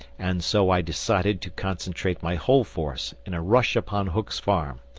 and so i decided to concentrate my whole force in a rush upon hook's farm,